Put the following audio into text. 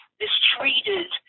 mistreated